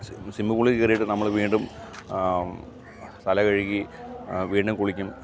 swimming പൂളിൽ കയറിയിട്ട് നമ്മൾ വീണ്ടും തല കഴുകി വീണ്ടും കുളിക്കും